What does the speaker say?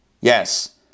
Yes